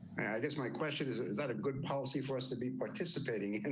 i guess my question is, is that a good policy for us to be participating, and